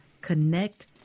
connect